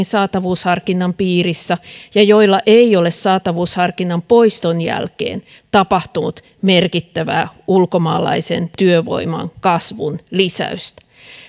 saatavuusharkinnan piirissä ja joilla ei ole saatavuusharkinnan poiston jälkeen tapahtunut merkittävää ulkomaalaisen työvoiman kasvun lisäystä